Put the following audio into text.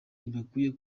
ntibakwiye